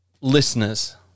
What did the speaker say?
listeners